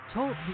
Talk